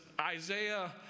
Isaiah